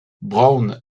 brown